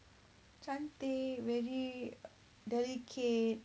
cantik very delicate